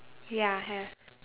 ya have